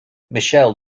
michel